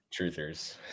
Truthers